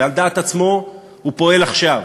ועל דעת עצמו הוא פועל עכשיו: